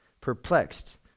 Perplexed